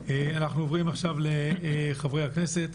אנחנו עוברים עכשיו לחברי הכנסת.